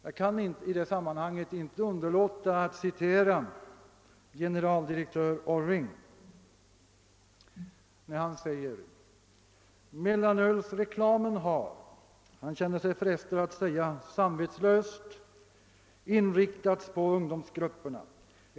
Jag kan i det sammanhanget inte underlåta att citera generaldirektör Orring: »Mellanölsreklamen har — man känner sig frestad att säga samvetslöst — inriktats på ungdomsgrupperna.